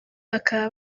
bakaba